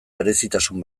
berezitasun